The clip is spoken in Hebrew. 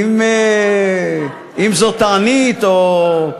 תענית, אם זאת תענית או,